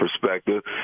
perspective